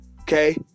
Okay